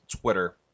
Twitter